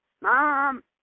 Mom